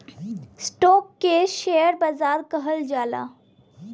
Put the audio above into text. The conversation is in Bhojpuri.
स्टोक के शेअर बाजार कहल जाला